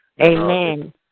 Amen